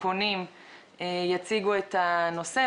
אז הפונים יציגו את הנושא,